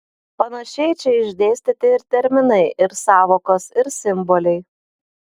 panašiai čia išdėstyti ir terminai ir sąvokos ir simboliai